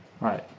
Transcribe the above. Right